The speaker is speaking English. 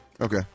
Okay